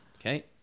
Okay